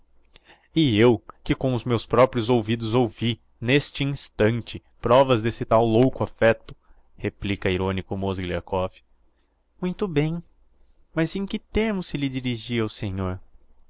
e eu que com os meus proprios ouvidos ouvi n'este instante provas d'esse tal louco affecto replica ironico mozgliakov muito bem mas em que termos se lhe dirigiria o senhor